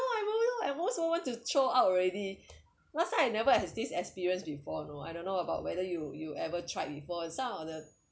oh no I almost want to throw up already last time I never has this experience before you know I don't know about whether you you ever tried before some of the